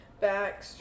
back